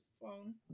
phone